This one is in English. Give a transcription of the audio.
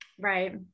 right